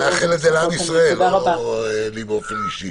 אני מאחל את זה לעם ישראל, לא לי באופן אישי.